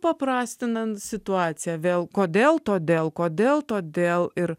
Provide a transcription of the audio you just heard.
paprastinant situaciją vėl kodėl todėl kodėl todėl ir